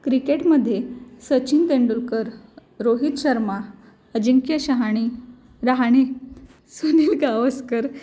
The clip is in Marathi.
क्रिकेटमध्ये सचिन तेंडुलकर रोहित शर्मा अजिंक्य शहाणी रहाणे सुनील गावसकर